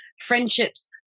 Friendships